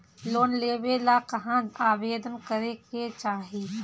Loan लेवे ला कहाँ आवेदन करे के चाही?